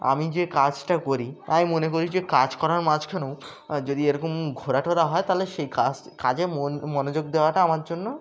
আমি যে কাজটা করি আমি মনে করি যে কাজ করার মাঝখানেও যদি এরকম ঘোরাটোরা হয় তাহলে সেই কাজ কাজে মন মনোযোগ দেওয়াটা আমার জন্য